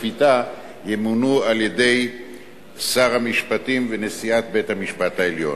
שפיטה ימונו על-ידי שר המשפטים ונשיאת בית-המשפט העליון.